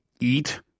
eat